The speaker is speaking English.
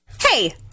Hey